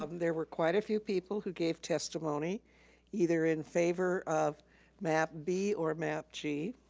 um there were quite a few people who gave testimony either in favor of map b or map g.